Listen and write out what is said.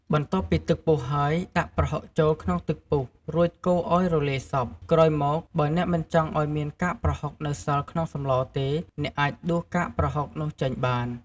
បន្ទាប់ពីទឹកពុះហើយ ដាក់ប្រហុកចូលក្នុងទឹកពុះ រួចកូរឲ្យរលាយសព្វ ក្រោយមកបើអ្នកមិនចង់ឲ្យមានកាកប្រហុកនៅសល់ក្នុងសម្លរទេ អ្នកអាចដួសកាកប្រហុកនោះចេញបាន។